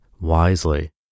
wisely